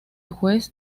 juez